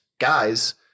Guys